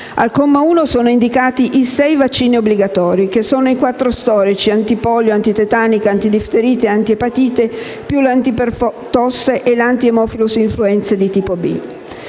al comma 1 sono indicati i sei vaccini obbligatori, che sono i quattro storici (antipolio, antitetanica, antidifterite e antiepatite) più antipertosse e antihaemophilus influenzae tipo B.